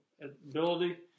ability